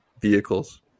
vehicles